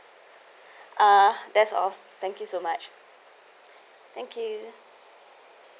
uh that's all thank you so much thank you